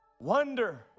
Wonder